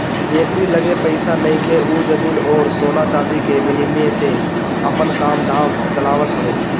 जेकरी लगे पईसा नइखे उ जमीन अउरी सोना चांदी के विनिमय से आपन काम धाम चलावत हवे